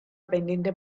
pendiente